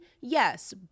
Yes